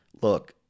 look